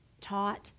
taught